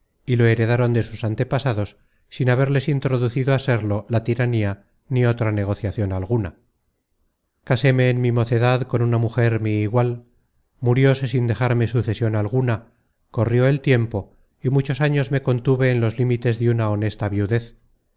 y lo heredaron de sus antepasados sin haberles introducido á serlo la tiranía ni otra negociacion alguna caséme en mi mocedad con una mujer mi igual murióse sin dejarme sucesion alguna corrió el tiempo y muchos años me contuve en los límites de una honesta viudez